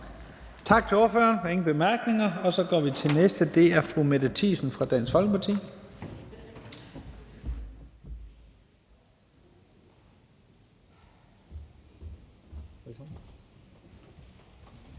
Tak til ordføreren. Der er ingen bemærkninger. Så går vi til den næste, og det er fru Mette Thiesen fra Dansk Folkeparti.